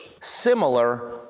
Similar